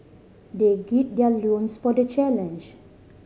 they gird their loins for the challenge